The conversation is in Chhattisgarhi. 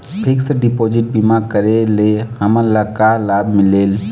फिक्स डिपोजिट बीमा करे ले हमनला का लाभ मिलेल?